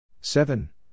Seven